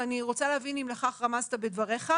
ואני רוצה להבין אם לכך רמזת בדבריך,